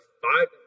five